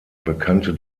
bekannte